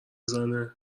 زنه